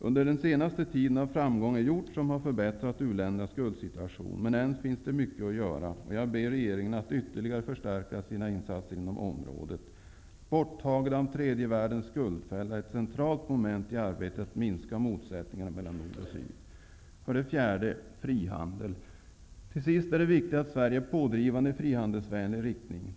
Under den senaste tiden har framgångar gjorts som har förbättrat u-ländernas skuldsituation, men än finns det mycket att göra. Jag ber regeringen att ytterligare förstärka sina insatser inom området. Borttagande av tredje världens skuldfälla är ett centralt moment i arbetet att minska motsättningarna mellan Nord och Syd. För det fjärde gäller det frihandel. Det är viktigt att Sverige är pådrivande i frihandelsvänlig riktning.